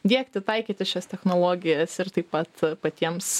diegti taikyti šias technologijas ir taip pat patiems